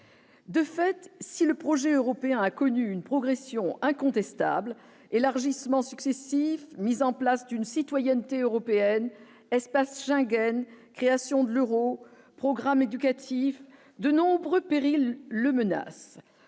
De fait, si le projet européen a connu une progression incontestable élargissements successifs, mise en place d'une citoyenneté européenne espace Schengen : création de l'Euro, programme éducatif de nombreux périls le menace